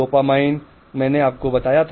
dopamine मैंने आपको इसके बारे में बताया था